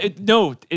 No